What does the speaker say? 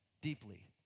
deeply